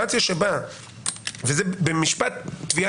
במשפט תביעה